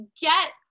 get